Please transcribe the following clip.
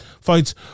fights